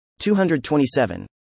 227